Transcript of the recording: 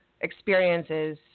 experiences